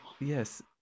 Yes